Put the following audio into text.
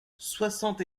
soixante